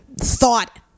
thought